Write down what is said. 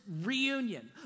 reunion